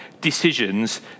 decisions